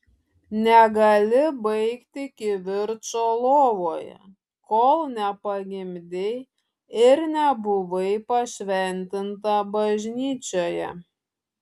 negali baigti kivirčo lovoje kol nepagimdei ir nebuvai pašventinta bažnyčioje